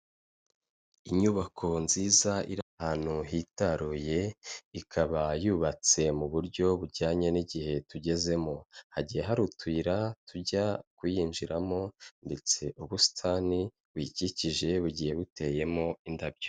Inyubako nziza iri ahantu hitaruye, ikaba yubatse mu buryo bujyanye n'igihe tugezemo, hagiye hari utuyira tujya kuyinjiramo ndetse ubusitani buyikikije bugiye buteyemo indabyo.